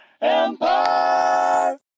Empire